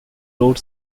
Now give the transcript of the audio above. road